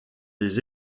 les